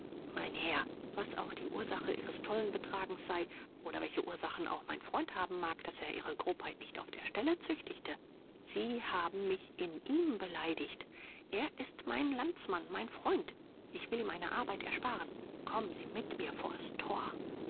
mein herr was auch die ursache ihres tollen betragens sei oder welche ursachen auch mein freund haben mag daß er ihre grobheit nicht auf der stelle züchtigte sie haben mich in ihm beleidigt er ist mein landsmann mein freund ich will ihm eine arbeit ersparen kommen sie mit mir vor's thor